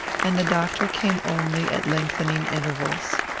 and the doctor came only at lengthening intervals.